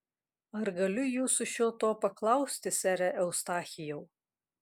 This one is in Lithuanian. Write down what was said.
ar galiu jūsų šio to paklausti sere eustachijau